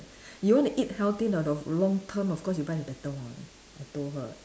you want to eat healthy and of long term of course you buy the better one I told her